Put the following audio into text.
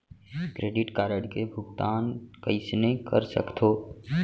Credit card के भुगतान कईसने कर सकथो?